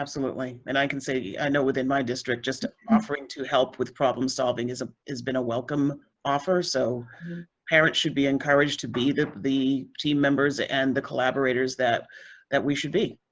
absolutely. and i can say i know within my district just offering to help with problem solving has ah has been a welcome offer. so parents should be encouraged to be the the team members and the collaborators that that we should be.